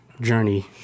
journey